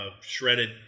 shredded